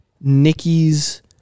Nikki's